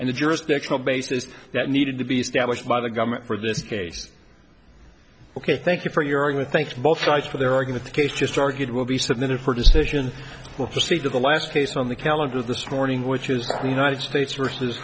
and the jurisdictional basis that needed to be established by the government for this case ok thank you for your good thanks both sides for their argument the case just argued will be submitted for decision we'll see the last case on the calendar this morning which is the united states versus